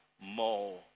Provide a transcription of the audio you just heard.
more